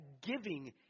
giving